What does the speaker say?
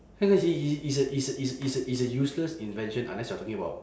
how you gonna say it it's a it's it's a it's a useless invention unless you are talking about